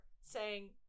saying-